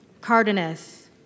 Cardenas